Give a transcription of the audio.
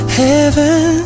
heaven